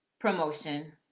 promotion